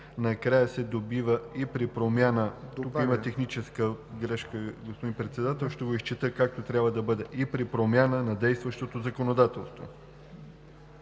накрая се добавя „и при промяна на действащото законодателство“.“